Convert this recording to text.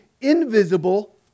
invisible